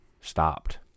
stopped